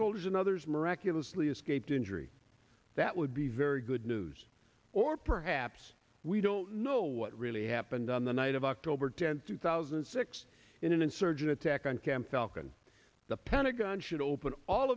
soldiers and others miraculously escaped injury that would be very good news or perhaps we don't know what really happened on the night of october tenth two thousand and six in an insurgent attack on camp falcon the pentagon should open